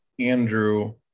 Andrew